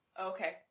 Okay